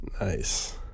Nice